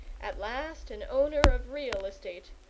at last an owner of real estate,